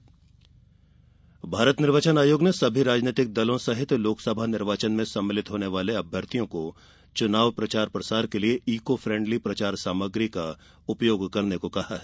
निर्वाचन आयोग भारत निर्वाचन आयोग ने सभी राजनैतिक दलों सहित लोकसभा निर्वाचन में सम्मिलित होने वाले अभ्यर्थियों को चुनाव प्रचार प्रसार के लिये इको फ्रेण्डली प्रचार सामग्री का उपयोग करने को कहा है